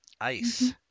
Ice